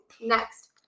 Next